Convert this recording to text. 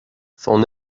son